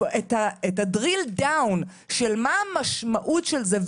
את ה-drill down של מה של מה המשמעות של זה,